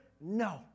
no